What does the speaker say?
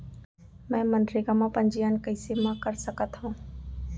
मैं मनरेगा म पंजीयन कैसे म कर सकत हो?